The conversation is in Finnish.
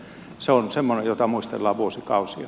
se on semmoinen jota muistellaan vuosikausia